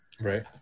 Right